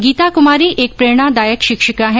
गीता कुमारी एक प्रेरणादायक शिक्षिका हैं